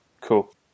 Cool